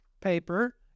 paper